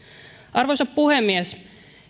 arvoisa puhemies